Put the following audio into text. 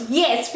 yes